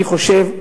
אני חושב,